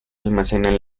almacenan